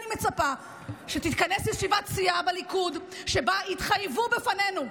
אני מצפה שתתכנס ישיבת סיעה בליכוד שבה יתחייבו בפנינו,